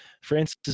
Francis